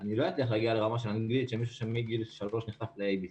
אני לא אצליח להגיע לרמת אנגלית של מישהו שמגיל 3 נחשף ל-A-B-C.